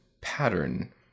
pattern